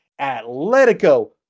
Atletico